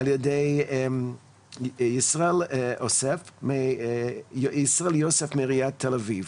מישראל יוסף מעיריית תל אביב.